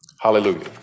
Hallelujah